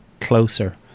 closer